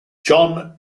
jon